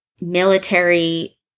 military